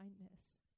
kindness